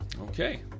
Okay